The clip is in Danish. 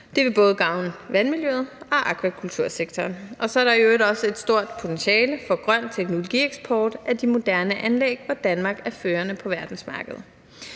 Det vil både gavne vandmiljøet og akvakultursektoren. Så er der i øvrigt også et stort potentiale for grøn teknologieksport af de moderne anlæg, hvor Danmark er førende på verdensmarkedet.